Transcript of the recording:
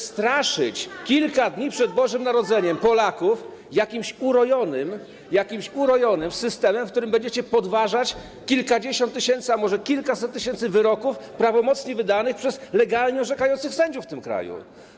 Straszycie kilka dni przed Bożym Narodzeniem Polaków jakimś urojonym systemem, w którym będzie się podważać kilkadziesiąt tysięcy, a może kilkaset tysięcy wyroków prawomocnie wydanych przez legalnie orzekających sędziów w tym kraju.